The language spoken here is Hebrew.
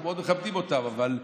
אנחנו מאוד מכבדים אותם, אבל בפסיקות,